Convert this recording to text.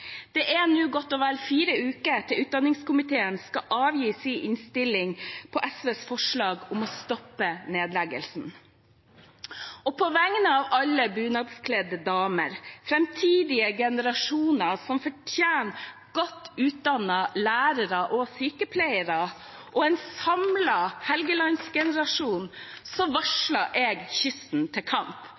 Det er nå godt og vel fire uker til utdanningskomiteen skal avgi sin innstilling til SVs forslag om å stoppe nedleggelsen. På vegne av alle bunadskledde damer, framtidige generasjoner som fortjener godt utdannede lærere og sykepleiere, og en samlet Helgeland-generasjon varsler jeg kysten til kamp,